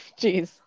Jeez